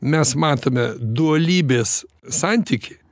mes matome dualybės santykį